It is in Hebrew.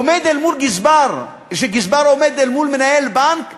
עומד גזבר מול מנהל בנק,